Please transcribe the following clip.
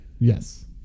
Yes